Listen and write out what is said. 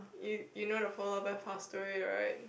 you you know the polar bear passed away right